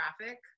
traffic